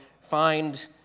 find